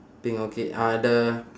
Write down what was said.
pink okay uh the